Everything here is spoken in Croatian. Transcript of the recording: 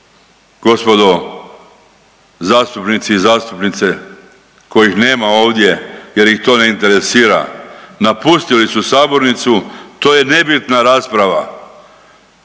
Gospodo zastupnici i zastupnice kojih nema ovdje jer ih to ne interesira, napustili su sabornicu to je nebitna rasprava,